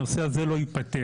הנושא הזה לא ייפתר.